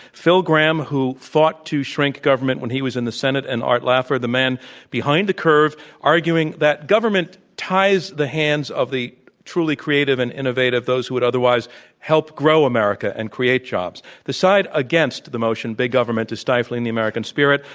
phil gramm who fought to shrink government when he was in the senate, and art laffer, the man behind the curve, arguing that government ties the hands of the truly creative and innovative, those who would otherwise help grow america and create jobs. the side against the motion big government is stifling the american spirit,